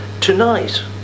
Tonight